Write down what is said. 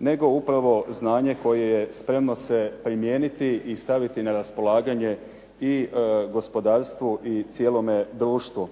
nego upravo znanje koje je spremno se primijeniti i staviti na raspolaganje i gospodarstvu i cijelome društvu.